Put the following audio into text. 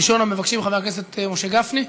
ראשון המבקשים, חבר הכנסת משה גפני,